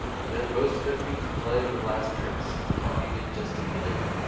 the men rose to their feet to play the last tricks. talking and gesticulating.